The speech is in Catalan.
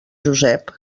josep